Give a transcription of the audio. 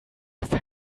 felt